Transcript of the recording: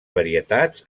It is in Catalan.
varietats